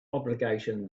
obligation